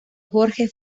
jorge